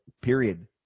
period